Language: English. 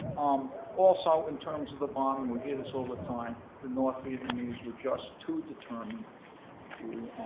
um also in terms of the bombing, we hear this all the time, the north vietnamese were just too determined to